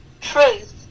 truth